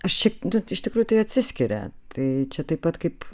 aš čia iš tikrųjų tai atsiskiria tai čia taip pat kaip